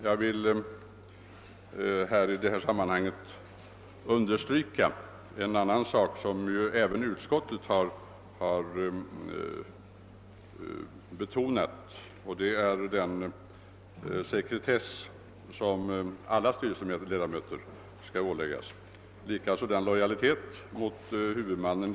Jag vill i det sammanhanget understryka en sak som även utskottet har betonat, nämligen att alla styrelseledamöter skall åläggas att iaktta sekretess och lojalitet mot huvudmannen.